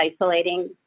isolating